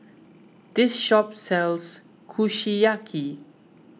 this shop sells Kushiyaki